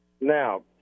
Now